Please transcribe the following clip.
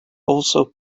also